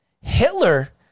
Hitler